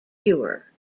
cure